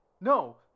No